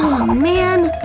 man.